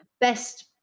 best